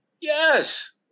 Yes